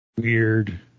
weird